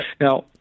Now